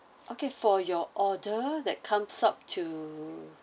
okay for your order that comes up to